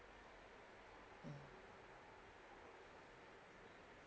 mm